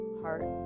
heart